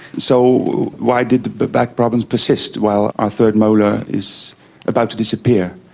so why did the but back problems persist while our third molar is about to disappear?